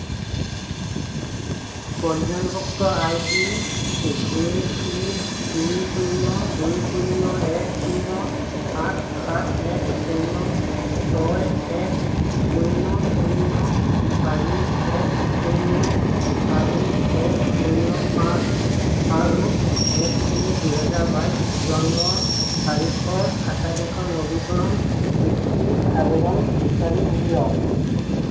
পঞ্জীয়নভুক্ত I D J E দুই শূন্য দুই শূন্য এক শূন্য আঠ সাত এক শূন্য ছয় এক শূন্য শূন্য চাৰি এক শূন্য চাৰি এক শূন্য পাঁচ আৰু এক তিনি দুহেজাৰ বাইছ জন্মৰ তাৰিখৰ আটাইকেইখন নবীকৰণ বৃত্তি আবেদন বিচাৰি উলিয়াওক